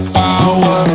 power